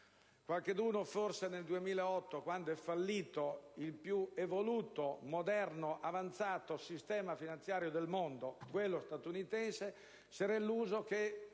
Qualcuno forse nel 2008, quand'è fallito il più evoluto, moderno e avanzato sistema finanziario del mondo, quello statunitense, s'era illuso che